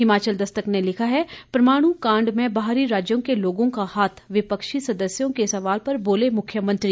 हिमाचल दस्तक ने लिखा है परवाणु कांड में बाहरी राज्य के लोगों का हाथ विपक्षी सदस्यों के सवाल पर बोले मुख्यमंत्री